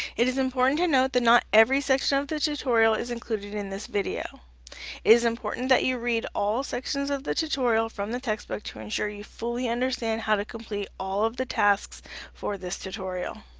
it is important to note that not every section of the tutorial is included in this video. it is important that you read all sections of the tutorial from the textbook to ensure you fully understand how to complete all of the tasks for this tutorial.